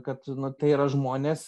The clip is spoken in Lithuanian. kad nu tai yra žmonės